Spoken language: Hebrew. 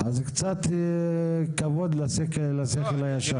אז קצת כבוד לשכל הישר.